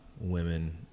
women